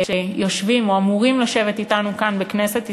שיושבים או אמורים לשבת אתנו כאן, בכנסת ישראל,